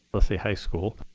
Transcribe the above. let's say high school,